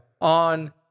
on